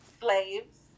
slaves